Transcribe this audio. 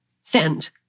Send